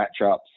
matchups